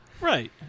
right